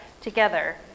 together